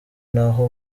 n’aho